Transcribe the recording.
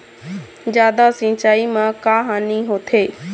जादा सिचाई म का हानी होथे?